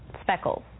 speckles